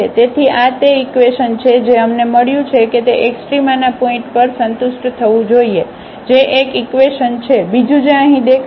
તેથી આ તે ઇકવેશન છે જે અમને મળ્યું કે તે એક્સ્ટ્રામાના પોઇન્ટ પર સંતુષ્ટ થવું જોઈએ જે એક એક ઇકવેશન છે બીજું જે અહીં દેખાય છે